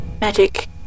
Magic